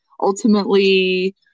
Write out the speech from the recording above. ultimately